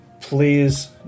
please